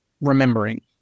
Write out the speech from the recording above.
remembering